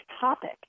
topic